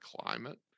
climate